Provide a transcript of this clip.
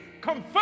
confirm